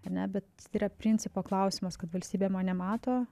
ane bet tai yra principo klausimas kad valstybė mane mato